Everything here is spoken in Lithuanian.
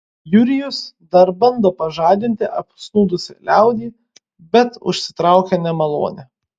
jurijus dar bando pažadinti apsnūdusią liaudį bet užsitraukia nemalonę